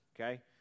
okay